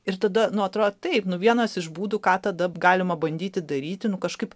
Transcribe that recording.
ir tada nuo to taip vienas iš būdų ką tada galima bandyti daryti kažkaip